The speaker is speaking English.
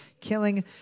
killing